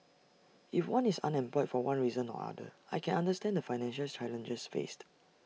if one is unemployed for one reason or other I can understand the financial challenges faced